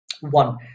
One